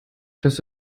dass